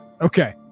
Okay